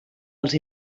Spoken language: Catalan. els